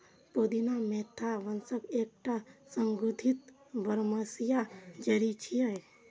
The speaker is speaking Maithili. पुदीना मेंथा वंशक एकटा सुगंधित बरमसिया जड़ी छियै